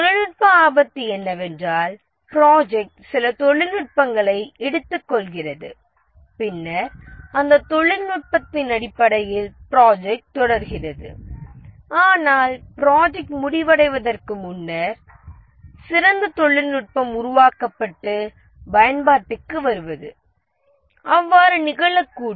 தொழில்நுட்ப ஆபத்து என்னவென்றால் ப்ராஜெக்ட் சில தொழில்நுட்பங்களை எடுத்துக்கொள்கிறது பின்னர் அந்த தொழில்நுட்பத்தின் அடிப்படையில் ப்ராஜெக்ட் தொடர்கிறது ஆனால் ப்ராஜெக்ட் முடிவடைவதற்கு முன்னர் சிறந்த தொழில்நுட்பம் உருவாக்கப்பட்டு பயன்பாட்டுக்கு வருவது அவ்வாறு நிகழக்கூடும்